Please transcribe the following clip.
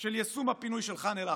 של יישום הפינוי של ח'אן אל-אחמר.